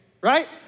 right